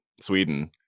sweden